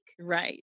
right